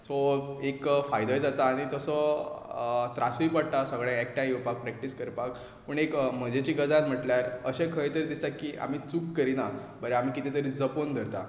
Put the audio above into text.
so एक फायदोय जाता आनी तसो त्रासूय पडटा सगळे एकठांय येवपाक प्रॅक्टीस करपाक पूण एक मजेची गजाल म्हणल्यार अशें खंय तरी दिसता की आमी चूक करीना बरें आमी कितें तरी जपून धरता